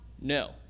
no